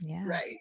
Right